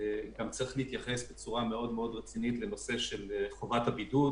גם צריך להתייחס בצורה מאוד מאוד רצינית לנושא של חובת הבידוד,